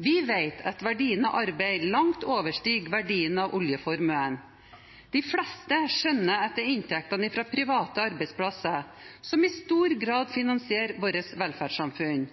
Vi vet at verdien av arbeid langt overstiger verdien av oljeformuen. De fleste skjønner at det er inntektene fra private arbeidsplasser som i stor grad finansierer vårt velferdssamfunn.